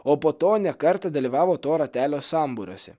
o po to ne kartą dalyvavo to ratelio sambūriuose